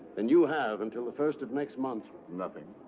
and you have until the first of next month. nothing.